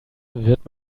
wird